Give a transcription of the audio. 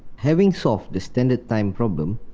having solved the standard time problem,